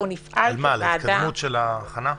על מה, על ההתקדמות של ההכנה?